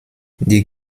die